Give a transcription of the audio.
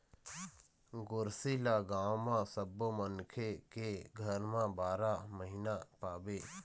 गोरसी ल गाँव म सब्बो मनखे के घर म बारा महिना पाबे